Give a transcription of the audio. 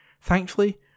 Thankfully